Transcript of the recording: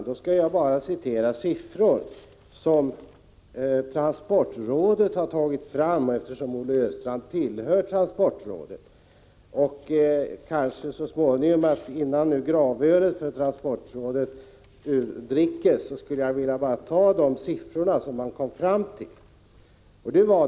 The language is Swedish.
Då skall jag redovisa siffror som transportrådet har tagit fram — Olle Östrand ingår ju i det, och det kan kanske vara intressant att ta del av siffrorna innan man hållit gravöl för transportrådet.